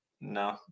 no